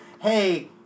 Hey